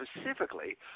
specifically